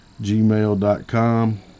gmail.com